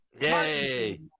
Yay